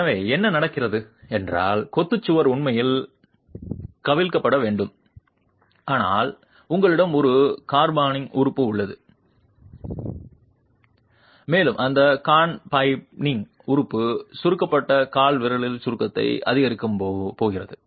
எனவே என்ன நடக்கிறது என்றால் கொத்து சுவர் உண்மையில் கவிழ்க்கப்பட வேண்டும் ஆனால் உங்களிடம் ஒரு கான்ஃபைனிங் உறுப்பு உள்ளது மேலும் அந்த கான்ஃபைனிங் உறுப்பு சுருக்கப்பட்ட கால்விரலில் சுருக்கத்தை அதிகரிக்கப் போகிறது